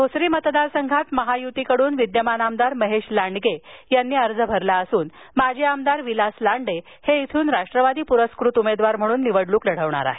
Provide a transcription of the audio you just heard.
भोसरी मतदारसंघात महाय्तीकड्रन विद्यमान आमदार महेश लांडगे यांनी अर्ज भरला असून माजी आमदार विलास लांडे हे इथ्रन राष्ट्रवादी पुरस्क्रत उमेदवार म्हणून निवडणूक लढवणार आहेत